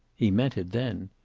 he meant it then.